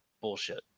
bullshit